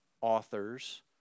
authors